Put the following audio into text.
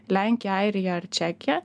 lenkija airija ar čekija